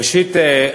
ראשית,